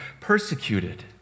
persecuted